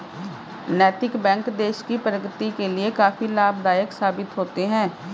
नैतिक बैंक देश की प्रगति के लिए काफी लाभदायक साबित होते हैं